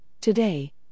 Today